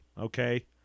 okay